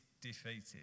defeated